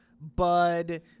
Bud